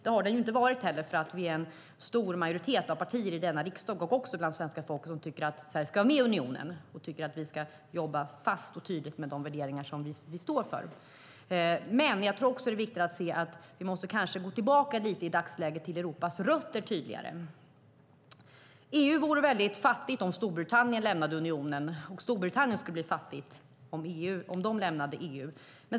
Det har den inte varit, för vi är en stor majoritet av partier i denna riksdag och också bland svenska folket som tycker att Sverige ska vara med i unionen och tycker att vi ska jobba fast och tydligt med de värderingar som vi står för. Men jag tror också att det är viktigt att se att vi i dagsläget kanske tydligare måste gå tillbaka till Europas rötter. EU skulle bli väldigt fattigt om Storbritannien lämnade unionen, och Storbritannien skulle bli fattigt om de lämnade EU.